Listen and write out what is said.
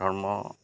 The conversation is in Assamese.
ধৰ্ম